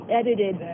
edited